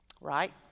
Right